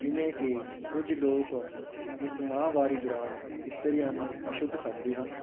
ਜਿਵੇਂ ਕਿ ਕੁਝ ਲੋਕ ਇਸ ਮਾਹਵਾਰੀ ਦੌਰਾਨ ਇਸਤਰੀਆਂ ਨੂੰ ਅਸ਼ੁੱਧ ਸਮਝਦੇ ਹਨ